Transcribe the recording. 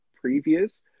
previous